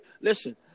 Listen